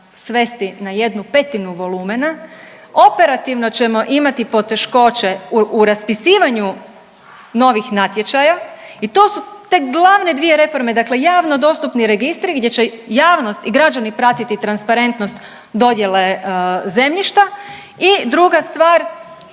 svesti na 1/5 volumena operativno ćemo imati poteškoće u raspisivanju novih natječaja i to su te glavne dvije reforme. Dakle, javno dostupni registri gdje će javnost i građani pratiti transparentnost dodjele zemljišta. I druga stvar